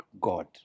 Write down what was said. God